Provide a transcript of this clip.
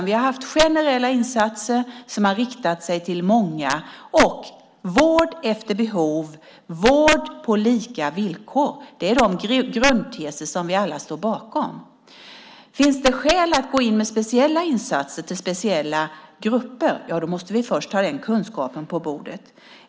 Vi har haft generella insatser som har riktat sig till många. Vård efter behov och vård på lika villkor är de grundteser som vi alla står bakom. Finns det skäl att gå in med speciella insatser till speciella grupper? Då måste vi först ha den kunskapen på bordet.